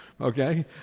okay